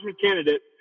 candidate